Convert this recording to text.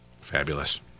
Fabulous